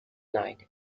night